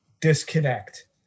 disconnect